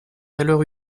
alors